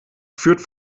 führt